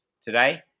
today